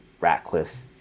Ratcliffe